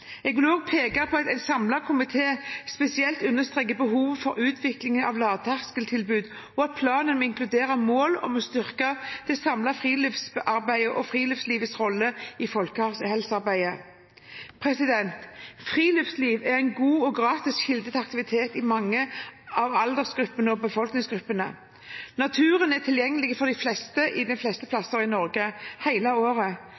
Jeg vil også peke på at en samlet komité spesielt understreker behovet for utvikling av lavterskeltilbud og planen om å inkludere mål om å styrke det samlede friluftsarbeidet og friluftslivets rolle i folkehelsearbeidet. Friluftsliv er en god og gratis kilde til aktivitet i mange av alders- og befolkningsgruppene. Naturen er tilgjengelig for de fleste de fleste steder i Norge hele året.